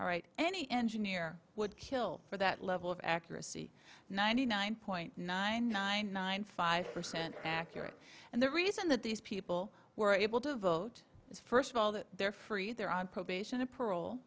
all right any engineer would kill for that level of accuracy ninety nine point nine nine nine five percent accurate and the reason that these people were able to vote is first of all that they're free they're on probation or parole